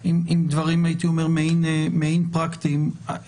יודעים היום שהורים ישראלים,